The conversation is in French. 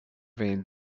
vingt